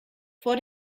vor